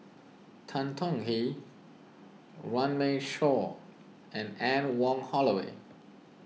Tan Tong Hye Runme Shaw and Anne Wong Holloway